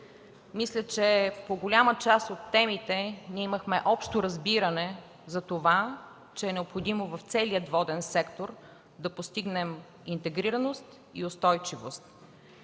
Мисля, че по голяма част от темите имахме общо разбиране за това, че е необходимо в целия воден сектор да постигнем интегрираност и устойчивост.